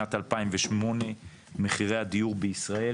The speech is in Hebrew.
שמשנת 2008 מחירי הדיור בישראל